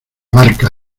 barca